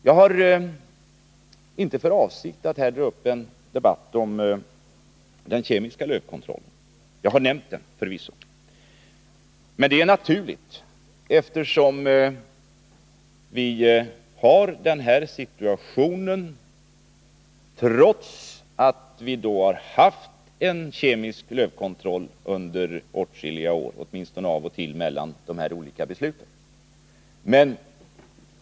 Jag har inte för avsikt att nu dra upp en debatt om den kemiska lövkontrollen. Jag har förvisso nämnt den, men det är naturligt, eftersom vi har den här situationen trots att vi har haft en kemisk lövkontroll under åtskilliga år — åtminstone av och till mellan dessa olika beslut.